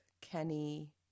Kenny